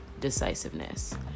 decisiveness